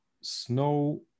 snow